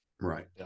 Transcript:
Right